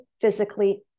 physically